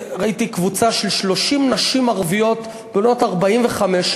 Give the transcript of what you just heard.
ראיתי קבוצה של 30 נשים ערביות בנות 45,